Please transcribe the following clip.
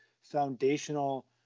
foundational